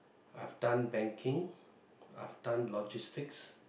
I've done banking I've done logistics